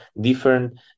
different